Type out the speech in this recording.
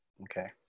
Okay